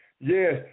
Yes